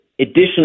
additional